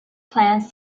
plans